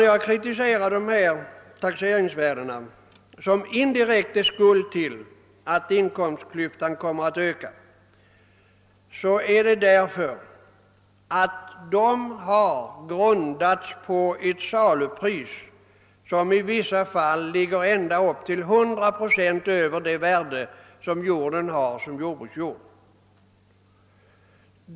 När jag kritiserar dessa taxeringsvärden, som indirekt är skuld till att inkomstklyftan kommer att öka, är det därför att de har grundats på ett salupris som i vissa fall ligger ända upp till 100 procent över markens värde som jordbruksjord.